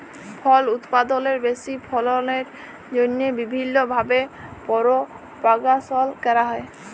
ফল উৎপাদলের বেশি ফললের জ্যনহে বিভিল্ল্য ভাবে পরপাগাশল ক্যরা হ্যয়